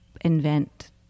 invent